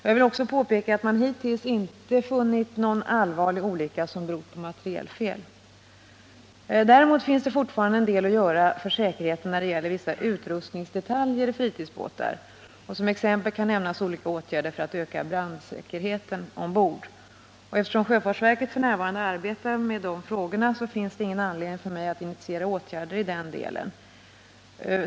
Jag vill också påpeka att man hittills inte funnit någon allvarlig olycka som beror på materielfel. Däremot finns det fortfarande en del att göra för säkerheten när det gäller vissa utrustningsdetaljer i fritidsbåtar. Som exempel kan nämnas olika åtgärder för att öka brandsäkerheten ombord. Eftersom sjöfartsverket f.n. arbetar med de frågorna finns det ingen anledning för mig att initiera åtgärder i den delen.